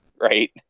right